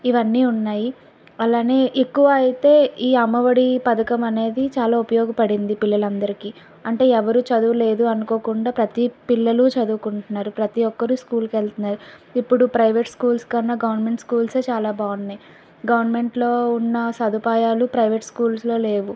ఇవన్నీ ఉన్నాయి అలానే ఎక్కువ అయితే ఈ అమ్మఒడి పథకం అనేది చాలా ఉపయోగపడింది పిల్లలందరికీ అంటే ఎవరు చదవలేదు అనుకోకుండా ప్రతి పిల్లలు చదువుకుంటున్నారు ప్రతి ఒక్కరు స్కూల్కెళ్తున్నారు ఇప్పుడు ప్రైవేట్ స్కూల్స్ కన్నా గవర్నమెంట్ స్కూల్సే చాలా బాగున్నాయి గవర్నమెంట్లో ఉన్న సదుపాయాలు ప్రైవేట్ స్కూల్స్లో లేవు